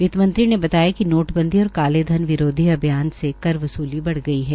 वितमंत्री ने बताया कि नोटबंदी और कालेधन विरोधी अभियान से कर वसूली बढ़ गई है